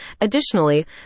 Additionally